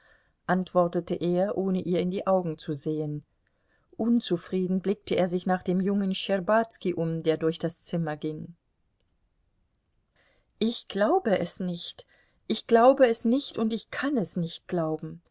antwortete er ohne ihr in die augen zu sehen unzufrieden blickte er sich nach dem jungen schtscherbazki um der durch das zimmer ging ich glaube es nicht ich glaube es nicht ich kann es nicht glauben